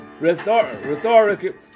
rhetoric